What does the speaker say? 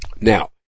Now